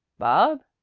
bob,